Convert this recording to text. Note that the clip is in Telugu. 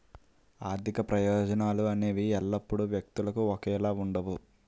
ఆర్థిక ప్రయోజనాలు అనేవి ఎల్లప్పుడూ వ్యక్తులకు ఒకేలా ఉండవు